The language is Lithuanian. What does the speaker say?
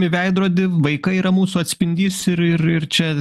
į veidrodį vaikai yra mūsų atspindys ir ir ir čia